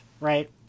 right